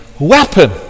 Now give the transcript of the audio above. weapon